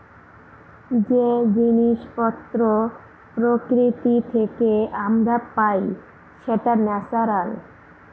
যে জিনিস পত্র প্রকৃতি থেকে আমরা পাই সেটা ন্যাচারাল